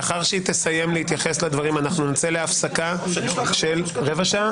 לאחר שהיא תסיים להתייחס לדברים אנחנו נצא להפסקה של רבע שעה